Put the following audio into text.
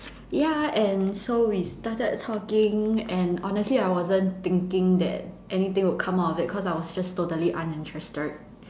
ya and so we started talking and honestly I wasn't thinking that anything will come out of it cause I was just totally uninterested